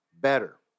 better